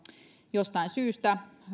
jostain syystä